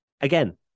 again